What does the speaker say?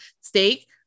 steak